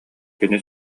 кини